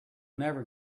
never